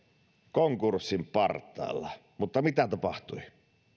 konkurssin partaalla mutta mitä tapahtui